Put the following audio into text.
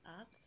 up